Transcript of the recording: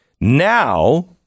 now